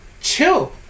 chill